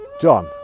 John